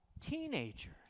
teenagers